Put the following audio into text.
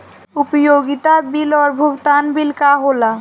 उपयोगिता बिल और भुगतान बिल का होला?